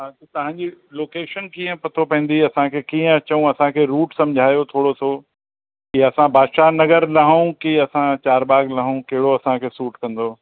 हा त तव्हांजी लोकेशन कीअं पतो पवंदी असांखे कीअं अचऊं असांखे रूट सम्झायो थोरो सो की असां बादशाहनगर लहूं की असां चार बाग़ लहूं कहिड़ो असांखे सूट कंदो